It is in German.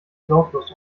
sorglos